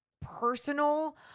personal